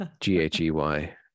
g-h-e-y